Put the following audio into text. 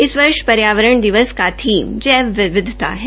इस वर्ष पर्यावरण का थीम जैव विविधता है